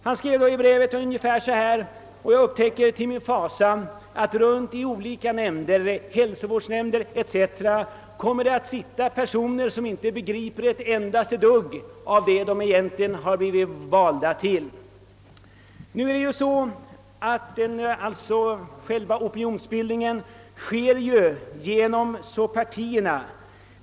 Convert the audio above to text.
Och jag upptäcker till min fasa, skrev han vidare, att runtom i olika nämnder — t.ex. hälsovårdsnämnden — kommer det att sitta personer som inte begriper elt dugg av det de egentligen blivit valda för att sköta. Nu är det ju så, att själva opinionsbildningen sker genom partierna.